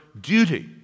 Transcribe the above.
duty